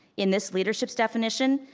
in this leaderships definition,